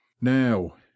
now